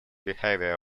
behavior